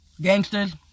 Gangsters